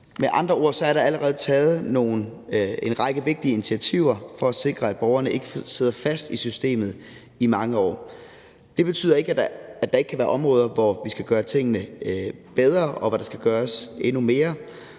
Med andre ord er der allerede taget en række vigtige initiativer for at sikre, at borgerne ikke sidder fast i systemet i mange år. Det betyder ikke, at der ikke kan være områder, hvor vi skal gøre tingene bedre, og hvor der skal gøres endnu mere,